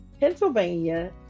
pennsylvania